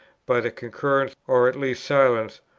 by the concurrence, or at least silence,